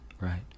right